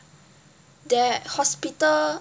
their hospital